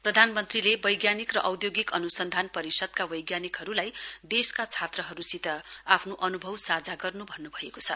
प्रधानमन्त्रीले वैज्ञानिक र औद्योगिक अनुसन्धान परिषद्का वैज्ञानिकहरूलाई देशका छात्रहरूसित आफ्नो अनुभव साझा गर्नु भन्नुभएको छ